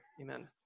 Amen